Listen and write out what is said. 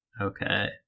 Okay